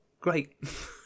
great